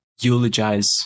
eulogize